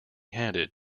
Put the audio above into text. handed